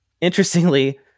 Interestingly